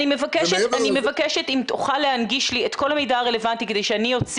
אני מבקשת אם תוכל להנגיש לי את כל המידע הרלוונטי כדי שלפחות